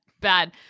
bad